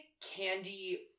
Candy